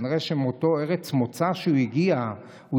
כנראה שמאותה ארץ מוצא שממנה הוא הגיע הוא